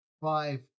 five